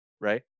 right